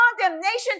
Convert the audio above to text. condemnation